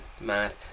mad